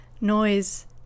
noise